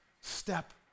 step